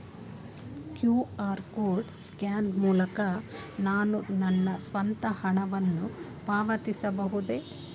QR code scan ಮೂಲಕ ನಾನು ನನ್ನ ಸ್ವಂತ ಹಣವನ್ನು ಪಾವತಿಸಬಹುದೇ?